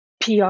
PR